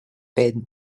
penn